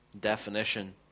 definition